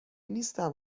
نیستم